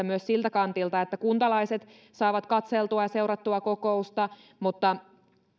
myös siltä kantilta että kuntalaiset saavat katseltua ja seurattua kokousta mutta ehkä